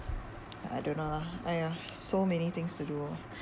I don't know lah !aiya! so many things to do